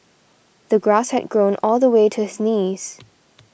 the grass had grown all the way to his knees